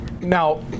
Now